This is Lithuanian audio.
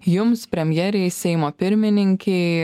jums premjerei seimo pirmininkei